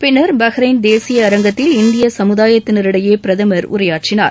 பின்னர் பஹ்ரைன் தேசிய அரங்கத்தில் இந்திய சமுதாயத்தினரிடையே பிரதமர் உரையாற்றினார்